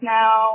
now